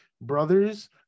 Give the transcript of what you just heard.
brothers